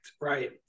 right